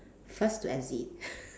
first to exit